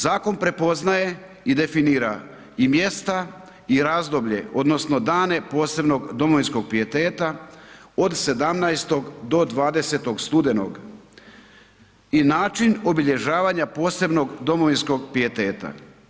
Zakon prepoznaje i definira i mjesta i razdoblje odnosno dane posebnog domovinskog pijeteta od 17. do 20. studenog i način obilježavanja posebnog domovinskog pijeteta.